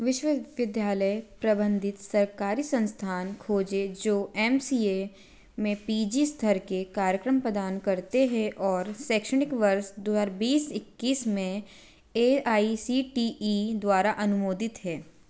विश्वविद्यालय प्रबंधित सरकारी संस्थान खोजें जो एम सी ए में पी जी स्तर के कार्यक्रम प्रदान करते हैं और शैक्षणिक वर्ष दो हज़ार बीस इक्कीस में A I C T E द्वारा अनुमोदित हैं